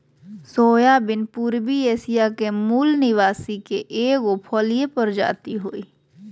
soybean पूर्वी Asia के मूल निवासी के एगो फलिय प्रजाति हइ